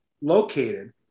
located